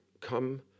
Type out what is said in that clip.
come